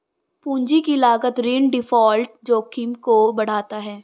पूंजी की लागत ऋण डिफ़ॉल्ट जोखिम को बढ़ाता है